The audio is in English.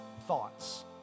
thoughts